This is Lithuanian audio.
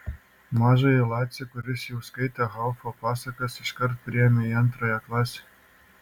mažąjį lacį kuris jau skaitė haufo pasakas iškart priėmė į antrąją klasę